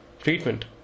Treatment